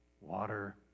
water